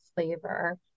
flavor